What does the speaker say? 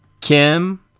Kim